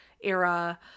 era